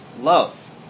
love